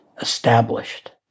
established